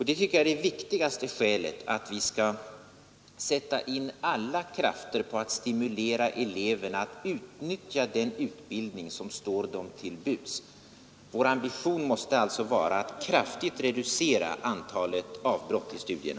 Det tycker jag är det viktigaste skälet till att vi skall sätta in alla krafter på att stimulera eleverna att utnyttja den utbildning som står dem till buds. Vår ambition måste alltså vara att kraftigt reducera antalet avbrott i studierna.